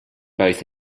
both